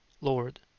Lord